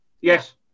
Yes